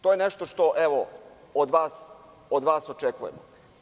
To je nešto što od vas očekujem.